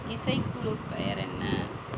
இசைக்குழு பெயர் என்ன